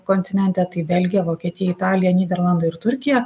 kontinente tai belgija vokietija italija nyderlandai ir turkija